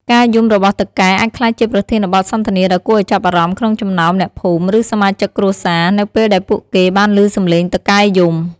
ការយំរបស់តុកែអាចក្លាយជាប្រធានបទសន្ទនាដ៏គួរឱ្យចាប់អារម្មណ៍ក្នុងចំណោមអ្នកភូមិ ឬសមាជិកគ្រួសារ នៅពេលដែលពួកគេបានឮសំឡេងតុកែយំ។